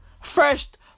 first